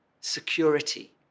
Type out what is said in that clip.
security